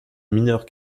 mineurs